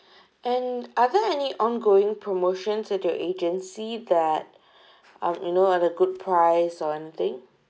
and are there any ongoing promotions at your agency that um you know at a good price or anything